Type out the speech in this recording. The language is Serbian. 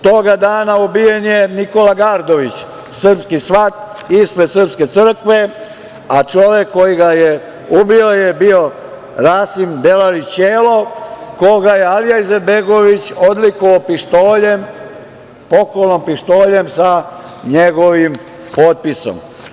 Toga dana ubijen je Nikola Gardović, srpski svat, ispred srpske crkve, a čovek koji ga je ubio je Rasim Delalić Ćelo koga je Alija Izetbegović odlikovao pištoljem, poklon pištoljem sa njegovim potpisom.